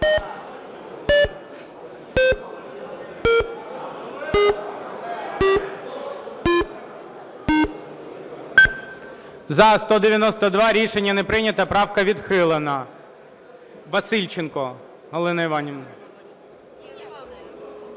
За-192 Рішення не прийнято. Правка відхилена. Васильченко Галина Іванівна.